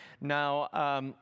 Now